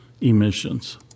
emissions